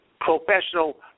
professional